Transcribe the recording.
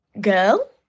girl